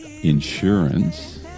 insurance